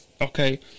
okay